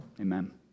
Amen